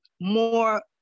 more